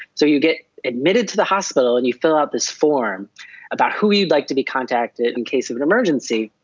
so you get admitted to the hospital and you fill out this form about who you'd like to be contacted in case of an emergency.